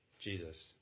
Jesus